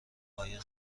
آیا